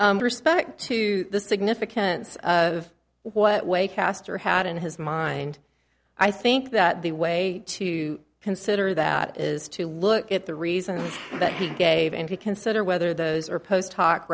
respect to the significance of what way caster had in his mind i think that the way to consider that is to look at the reasons that he gave and reconsider whether those are post